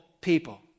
people